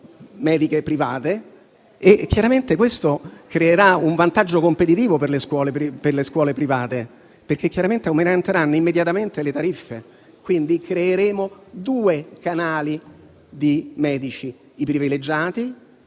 mediche private. Chiaramente questo creerà un vantaggio competitivo per le scuole private, che aumenteranno immediatamente le tariffe. Creeremo due canali di medici: i privilegiati